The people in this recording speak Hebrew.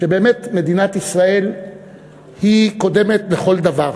שבאמת מדינת ישראל קודמת בכל דבר,